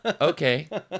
okay